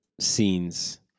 scenes